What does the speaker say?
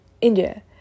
India